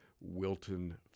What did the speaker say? Wilton